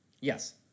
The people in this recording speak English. Yes